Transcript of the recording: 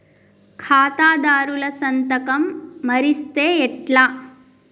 ఖాతాదారుల సంతకం మరిస్తే ఎట్లా?